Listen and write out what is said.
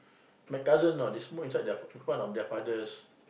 my cousin know they smoke in their in front of their fathers